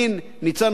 ניצן הורוביץ,